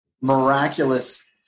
miraculous